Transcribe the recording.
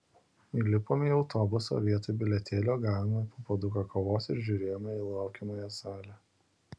įlipome į autobusą o vietoj bilietėlio gavome po puoduką kavos ir žiūrėjome į laukiamąją salę